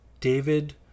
David